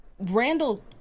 Randall